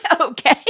Okay